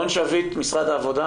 רון שביט ממשרד העבודה